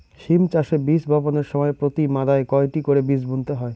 সিম চাষে বীজ বপনের সময় প্রতি মাদায় কয়টি করে বীজ বুনতে হয়?